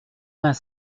vingt